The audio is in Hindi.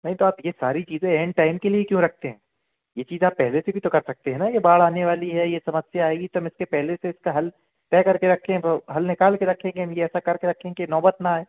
नहीं तो आप ये सारी चीज़ें ऐन टाइम के लिए ही क्यों रखते हैं ये चीज आप पहले से भी तो कर सकते हैं न ये बाढ़ आने वाली है ये समस्या आएगी तम इसके पहले से इसका हल तय कर के रखे तो हल निकाल के रखेंगे अभी ऐसा करके रखे कि नौबत न आए